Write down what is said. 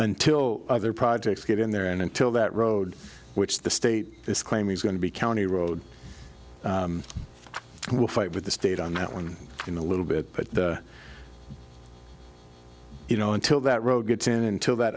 until other projects get in there and until that road which the state is claiming is going to be county road we will fight with the state on that one in a little bit but you know until that road gets in until that